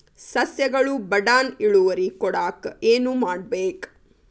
ಸಸ್ಯಗಳು ಬಡಾನ್ ಇಳುವರಿ ಕೊಡಾಕ್ ಏನು ಮಾಡ್ಬೇಕ್?